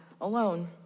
alone